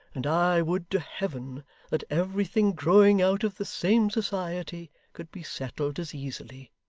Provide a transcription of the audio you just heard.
and i would to heaven that everything growing out of the same society could be settled as easily